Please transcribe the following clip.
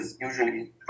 usually